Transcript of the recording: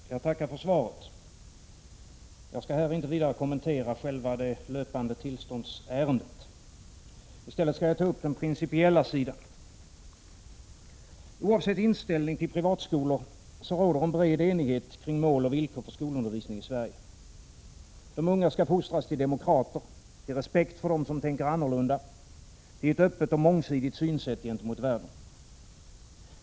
Herr talman! Jag tackar för svaret. Jag skall här inte vidare kommentera själva det löpande tillståndsärendet. I stället skall jag ta upp den principiella sidan. Oavsett inställning till privata skolor råder en bred enighet i vårt land om mål och villkor för skolundervisning i Sverige. De unga skall fostras till demokrater, till respekt för dem som tänker annorlunda, till ett öppet och mångsidigt synsätt gentemot omvärlden.